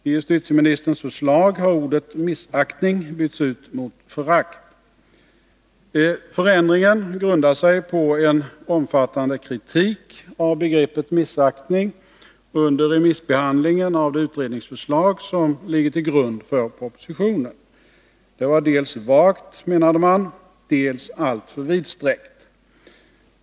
I justitieministerns förslag har ordet ”missaktning” bytts ut mot ”förakt”. Förändringen grundar sig på en omfattande kritik av begreppet missaktning under remissbehandlingen av det utredningsförslag som ligger till grund för propositionen. Det var dels vagt, menade man, dels alltför vidsträckt.